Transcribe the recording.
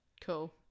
Cool